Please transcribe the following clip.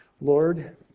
Lord